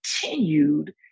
continued